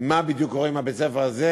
מה בדיוק קורה עם בית-הספר הזה,